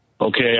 Okay